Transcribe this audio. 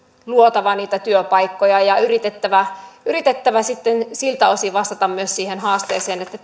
luotava niitä työpaikkoja ja yritettävä yritettävä siltä osin vastata siihen haasteeseen että